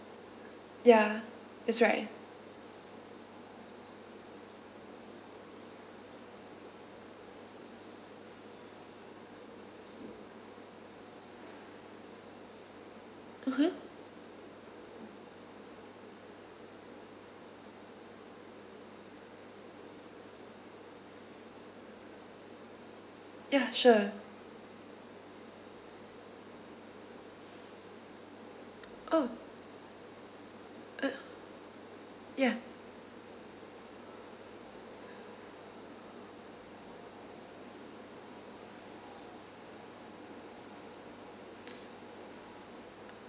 ya that's right (uh huh) ya sure oh uh ya